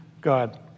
God